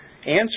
answer